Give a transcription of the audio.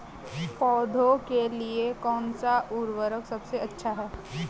पौधों के लिए कौन सा उर्वरक सबसे अच्छा है?